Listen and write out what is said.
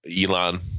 Elon